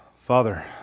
Father